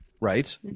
Right